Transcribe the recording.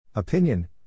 Opinion